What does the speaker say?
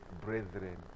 brethren